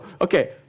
Okay